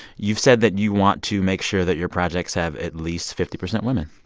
you've said that you want to make sure that your projects have at least fifty percent women.